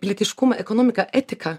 pilietiškumą ekonomiką etiką